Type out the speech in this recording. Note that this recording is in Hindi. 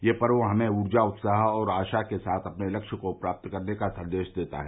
यह पर्व हमें ऊर्जा उत्साह और आशा के साथ अपने लक्ष्य को प्राप्त करने का संदेश देता है